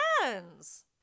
friends